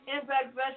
Impact